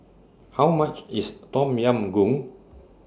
How much IS Tom Yam Goong